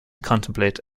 contemplate